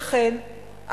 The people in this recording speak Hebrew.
לכן,